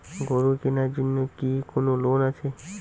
গরু কেনার জন্য কি কোন লোন আছে?